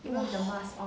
!wah!